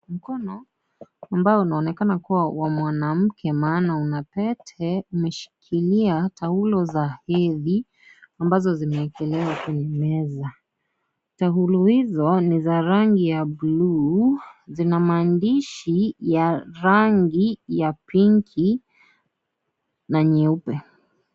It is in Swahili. Mkono ambao unaonekana kuwa wa mwanamke maana una Pete umeshikilia taulo za hedhi ambazo zimeekelewa Kwa meza taulo hizo ni za rangi ya buluu zina maandishi ya rangi ya pinki na nyeupe.